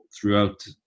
throughout